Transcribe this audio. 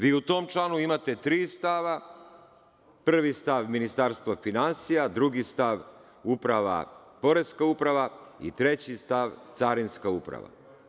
Vi u tom članu imate tri stava - prvi stav Ministarstva finansija, drugi stav Poreska uprava i treći stav Carinska uprava.